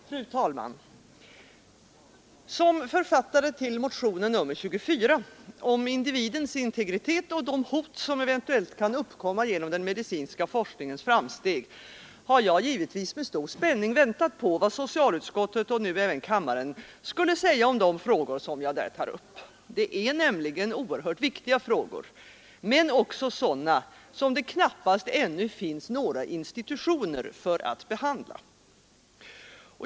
Fru talman! Som författare till motionen 24, om individens integritet och de hot som eventuellt kan uppkomma genom den medicinska forskningens framsteg, har jag givetvis med stor spänning väntat på vad socialutskottet och nu även kammaren skall säga om de frågor jag där tar upp. Det är nämligen oerhört viktiga frågor — men också sådana som det knappast ännu finns några institutioner för att behandla.